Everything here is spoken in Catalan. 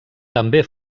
també